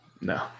no